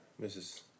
Mrs